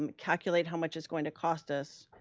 um calculate how much it's going to cost us,